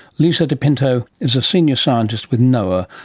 lisa dipinto is a senior scientist with noaa,